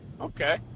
okay